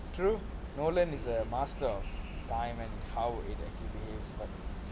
true nolan is a master of time and how it actually behaves